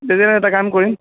তেতিয়াহ'লে এটা কাম কৰিম